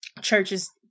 churches